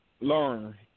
learn